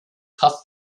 tough